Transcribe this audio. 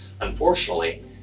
Unfortunately